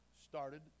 started